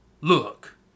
Look